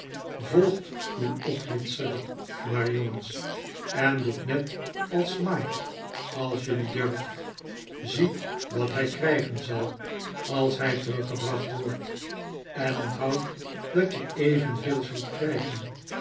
volgt uw ophitser maar jongens en doet net als smike als jullie durft ziet wat hij krijgen zal als hij teniggebracht wordt en onthoudt dat je evenveel zult krijgen